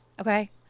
Okay